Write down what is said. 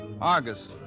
Argus